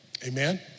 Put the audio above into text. Amen